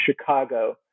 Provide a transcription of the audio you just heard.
Chicago